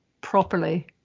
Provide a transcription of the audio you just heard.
properly